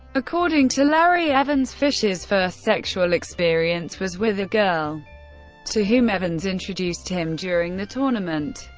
according to larry evans, fischer's first sexual experience was with a girl to whom evans introduced him during the tournament.